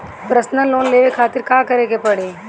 Personal loan लेवे खातिर का करे के पड़ी?